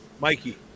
Mikey